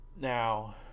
Now